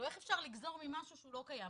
איך אפשר לגזור ממשהו שהוא לא קיים?